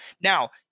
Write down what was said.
Now